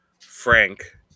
Frank